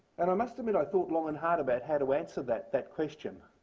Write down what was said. and i must admit i thought long and hard about how to answer that that question.